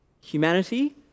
humanity